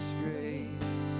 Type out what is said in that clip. grace